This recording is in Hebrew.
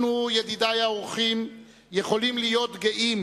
אנחנו, ידידי האורחים, יכולים להיות גאים